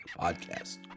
podcast